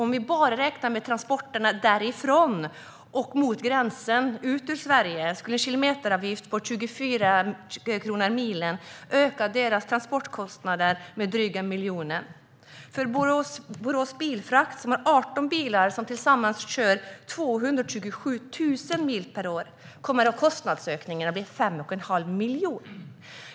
Om man bara räknar med transporterna därifrån till gränsen ut ur Sverige skulle en kilometeravgift på 24 kronor milen öka deras transportkostnader med dryga miljonen. För Borås Bilfrakt, som har 18 bilar som tillsammans kör 227 000 mil per år, blir kostnadsökningen 5 1⁄2 miljon.